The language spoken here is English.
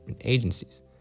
agencies